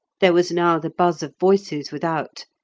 there was now the buzz of voices without,